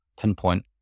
pinpoint